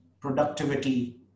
productivity